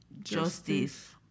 justice